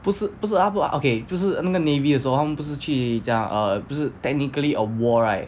不是不是她不 okay 就是那个 navy 的时候他们不是去讲 err 不是 technically a war right